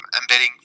embedding